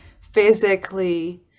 physically